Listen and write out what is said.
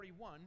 41